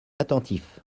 attentif